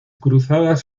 cruzadas